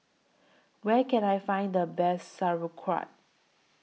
Where Can I Find The Best Sauerkraut